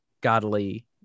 godly